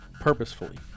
purposefully